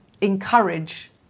encourage